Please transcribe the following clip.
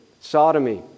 sodomy